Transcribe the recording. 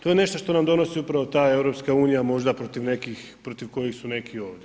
To je nešto što nam donosi upravo ta EU možda protiv nekih, protiv kojih su neki ovdje.